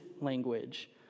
language